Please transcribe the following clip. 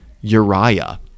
Uriah